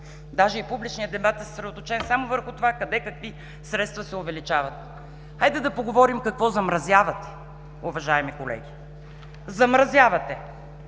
дори публичният дебат е съсредоточен само върху това къде, какви средства се увеличават. Хайде да поговорим какво замразявате, уважаеми колеги! Замразявате